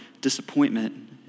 disappointment